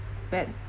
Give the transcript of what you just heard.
bad